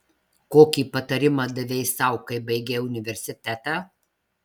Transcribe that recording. kokį patarimą davei sau kai baigei universitetą